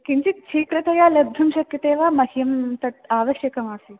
किञ्चित् शीघ्रतया लब्धुं शक्यते वा मह्यं तत् आवश्यकमासीत्